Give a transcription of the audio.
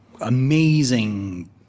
amazing